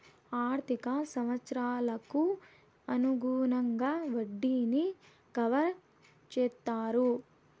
ఆర్థిక సంవత్సరాలకు అనుగుణంగా వడ్డీని కవర్ చేత్తారు